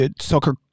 Sucker